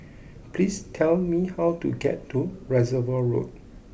please tell me how to get to Reservoir Road